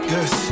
Yes